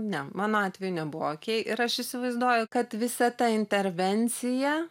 ne mano atveju nebuvo okei ir aš įsivaizduoju kad visa ta intervencija